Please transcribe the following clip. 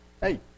Hey